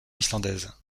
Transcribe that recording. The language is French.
islandaise